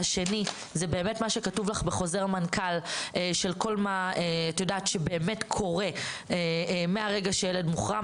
השני מה שכתוב בחוזר מנכ"ל שבאמת קורה מהרגע שילד מורחם,